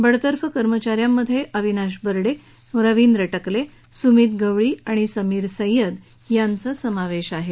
बडतर्फ कर्मचा यांमध्ये अविनाश बर्डे रवींद्र टकले सुमीत गवळी व समीर सय्यद यांचा समावेश आहे